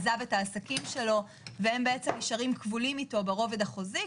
עזב את העסקים שלו והם נשארים כבולים אתו ברובד החוזי,